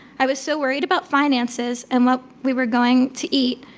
i was so worried about finances and what we were going to eat,